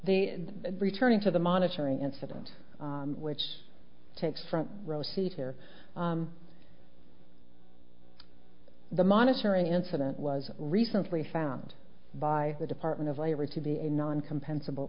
the returning to the monitoring incident which takes front row seat here the monitoring incident was recently found by the department of labor to be a non comp